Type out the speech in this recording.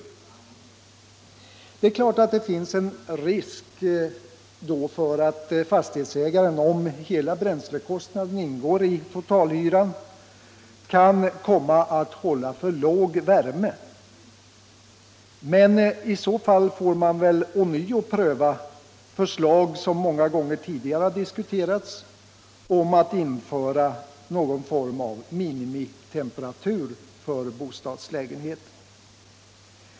Klart är att det finns risk för att fastighetsägaren, om hela bränslekostnaden ingår i totalhyran, kan komma att hålla för låg värme, men i så fall får man väl ånyo pröva förslag som många gånger tidigare diskuterats om att införa någon form av minimitemperatur för bostadslägenhet.